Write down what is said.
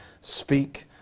speak